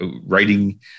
writing